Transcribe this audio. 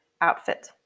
outfit